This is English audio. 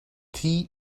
tea